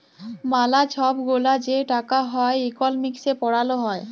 ম্যালা ছব গুলা যে টাকা হ্যয় ইকলমিক্সে পড়াল হ্যয়